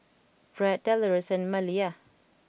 Bret Delores and Maleah